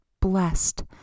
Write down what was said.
blessed